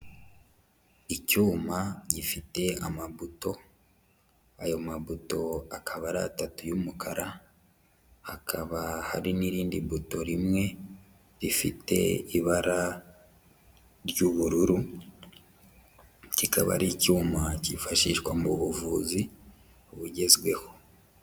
Icyuma gifite amabuto, ayo mabuto akaba ari atatu y'umukara hakaba hari n'irindi buto rimwe rifite ibara ry'ubururu, rikaba ari icyuma kifashishwa mu buvuzi bugezweho.